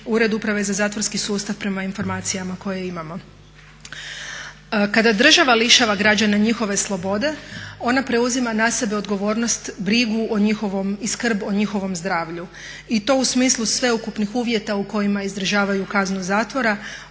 ured uprave za zatvorski sustav prema informacijama koje imamo. Kada država lišava građane njihove slobode, ona preuzima na sebe odgovornost, brigu i skrb o njihovom zdravlju i to u smislu sveukupnih uvjeta u kojima izdržavaju kaznu zatvora